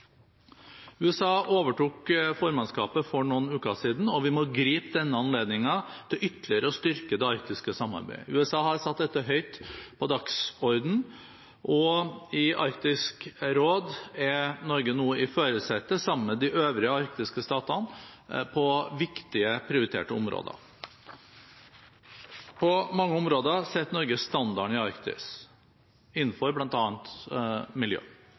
USA overtok formannskapet for noen uker siden, og vi må gripe denne anledningen til ytterligere å styrke det arktiske samarbeidet. USA har satt dette høyt på dagsordenen, og i Arktisk råd er Norge nå i førersetet, sammen med de øvrige arktiske statene, på viktige, prioriterte områder. På mange områder setter Norge standarden i Arktis, innenfor bl.a. miljø.